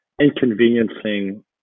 inconveniencing